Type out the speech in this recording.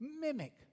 Mimic